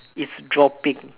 is dropping